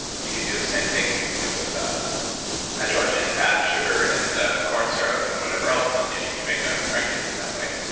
you could do the same thing with ah hydrogenated fat, sugar, and ah corn syrup and whatever else and you can make a frankenfood that way.